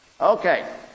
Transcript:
Okay